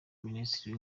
minisitiri